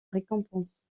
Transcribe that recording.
récompense